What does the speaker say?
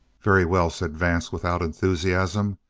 very well, said vance, without enthusiasm.